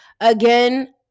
again